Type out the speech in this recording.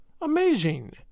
AMAZING